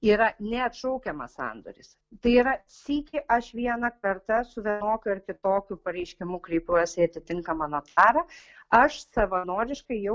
yra neatšaukiamas sandoris tai yra sykį aš vieną kartą su vienokiu ar kitokiu pareiškimu kreipiuosi į atitinkamą notarą aš savanoriškai jau